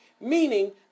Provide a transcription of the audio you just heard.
Meaning